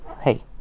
Hey